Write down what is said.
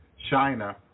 China